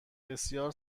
بسیار